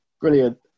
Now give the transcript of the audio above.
Brilliant